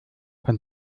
von